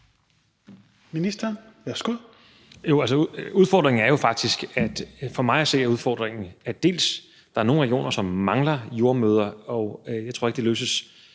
Ministeren, værsgo. Kl. 13:38 Sundhedsministeren (Magnus Heunicke): For mig at se er udfordringen, at der er nogle regioner, som mangler jordemødre, og jeg tror ikke, det løses